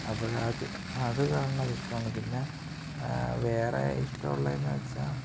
അപ്പോൾ അത് അതു കാണണത് ഇഷ്ടമാണ് പിന്നെ വേറെ ഇഷ്ടമുള്ളതേയെന്നു വെച്ചാൽ